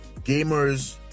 gamers